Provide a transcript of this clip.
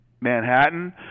manhattan